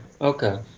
Okay